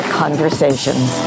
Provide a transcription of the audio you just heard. conversations